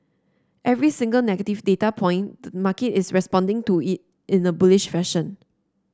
every single negative data point the market is responding to it in a bullish fashion